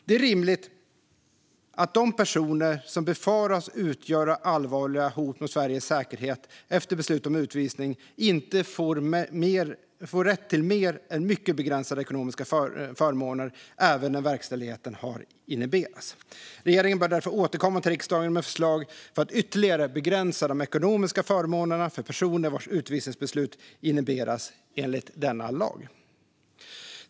Det är rimligt att de personer som kan befaras utgöra allvarliga hot mot Sveriges säkerhet inte får rätt till mer än mycket begränsade ekonomiska förmåner efter beslut om utvisning, även när verkställigheten har inhiberats. Regeringen bör därför återkomma till riksdagen med förslag för att ytterligare begränsa de ekonomiska förmånerna för personer vars utvisningsbeslut inhiberas enligt denna lag.